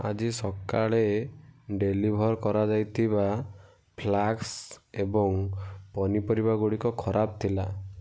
ଆଜି ସକାଳେ ଡେଲିଭର୍ କରାଯାଇଥିବା ଫ୍ଲାସ୍କ୍ ଏବଂ ପନିପରିବାଗୁଡ଼ିକ ଖରାପ ଥିଲା